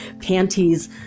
panties